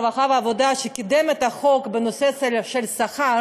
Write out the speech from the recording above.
והרווחה וקידם את החוק בנושא של שכר,